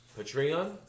Patreon